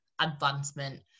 advancement